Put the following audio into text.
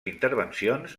intervencions